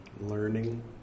learning